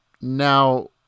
now